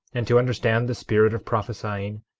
and to understand the spirit of prophesying,